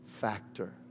factor